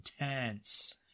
intense